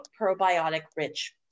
probiotic-rich